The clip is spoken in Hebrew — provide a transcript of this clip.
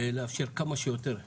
ולאפשר כמה שיותר מעונות.